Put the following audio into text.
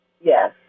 yes